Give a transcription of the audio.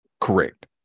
correct